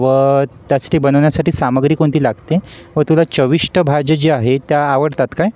व त्यासाठी बनवण्यासाठी सामग्री कोणती लागते व तुला चविष्ट भाज्या जे आहे त्या आवडतात काय